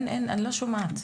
אני לא שומעת.